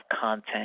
content